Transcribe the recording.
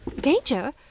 Danger